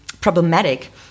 problematic –